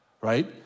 right